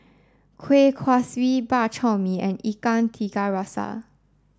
Kuih Kaswi Bak Chor Mee and Ikan Tiga Rasa